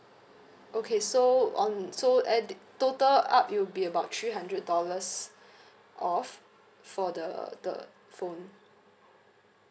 okay so on so add total up it'll be about three hundred dollars off for the the phone